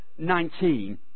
19